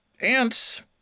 ants